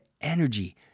energy